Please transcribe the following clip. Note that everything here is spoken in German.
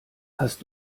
hast